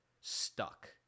stuck